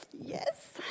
Yes